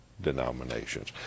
denominations